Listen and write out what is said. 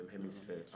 hemisphere